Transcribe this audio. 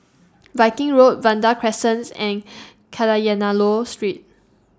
Viking Road Vanda Crescents and Kadayanallur Street